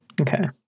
Okay